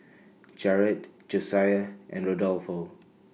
Jerad Josiah and Rodolfo